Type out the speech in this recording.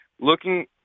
looking